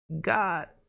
God